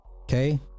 okay